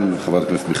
משפט.